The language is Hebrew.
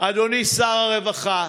אדוני שר הרווחה,